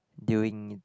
during